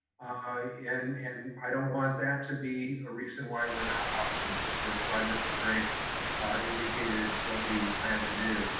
and and i don't want that to be a reason why we're not offering, which is why mr. drake indicated what we plan to do.